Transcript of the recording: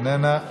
איננה,